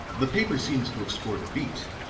the paper seems to have scored a beat,